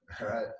Right